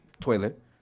toilet